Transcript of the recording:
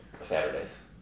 Saturdays